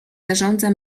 zarządza